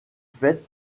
fêtes